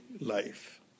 life